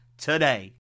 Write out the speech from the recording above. today